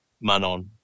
Manon